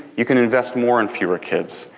you can invest more in fewer kids.